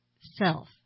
self